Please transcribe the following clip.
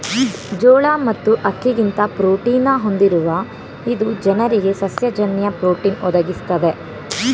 ಜೋಳ ಮತ್ತು ಅಕ್ಕಿಗಿಂತ ಪ್ರೋಟೀನ ಹೊಂದಿರುವ ಇದು ಜನರಿಗೆ ಸಸ್ಯ ಜನ್ಯ ಪ್ರೋಟೀನ್ ಒದಗಿಸ್ತದೆ